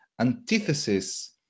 antithesis